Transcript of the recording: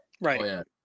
Right